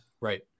Right